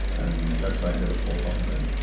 and that's why it never caught on really.